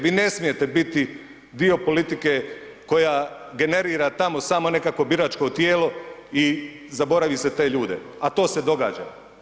Vi ne smijete biti dio politike koja generira tamo samo nekakvo biračko tijelo i zaboravi se te ljude a to se događa.